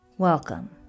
Welcome